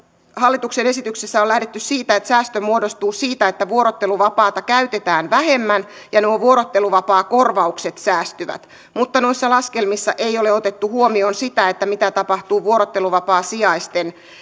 hallituksen esityksessä on lähdetty siitä että säästö muodostuu siitä että vuorotteluvapaata käytetään vähemmän ja nuo vuorotteluvapaakorvaukset säästyvät mutta noissa laskelmissa ei ole otettu huomioon sitä mitä tapahtuu vuorotteluvapaasijaisten